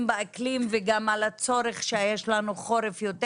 באקלים וגם על הצורך שיש לנו חורף יותר